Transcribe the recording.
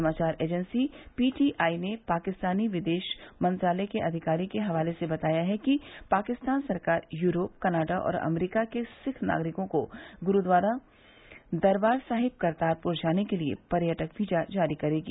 समाचार agency PTI ने पाकिस्तानी विदेश मंत्रालय के अधिकारी के हवाले से बताया है कि पाकिस्तान सरकार यूरोप कनाडा और अमरीका के सिख नागरिकों को गुरूद्वारा दरबार साहिब करतारपुर जाने के लिये पर्यटक वीजा जारी करेगी